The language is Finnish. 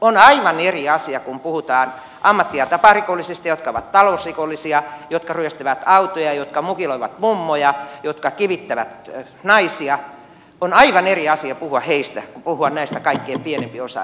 on aivan eri asia puhua ammatti ja taparikollisista jotka ovat talousrikollisia ja jotka ryöstävät autoja ja jotka mukiloivat mummoja ja jotka kivittävät naisia on aivan eri asia puhua kuin puhua näistä kaikkein pieniosaisimmista